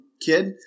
kid